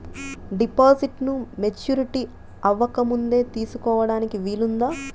డిపాజిట్ను మెచ్యూరిటీ అవ్వకముందే తీసుకోటానికి వీలుందా?